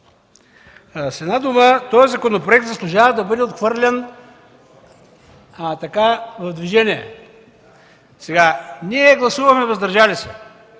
С една дума, този законопроект заслужава да бъде отхвърлен в движение. Ние гласувахме „въздържали се”